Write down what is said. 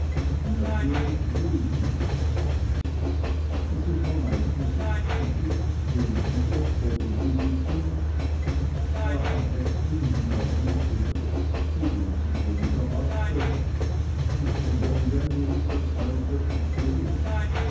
natürlich judith diese verneigte sich geschickt dirigiert vor dem publikum sah abwechselnd nach links und rechts wie wenn sie jemand erwarte und begann dann in etwas heiserem ton